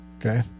Okay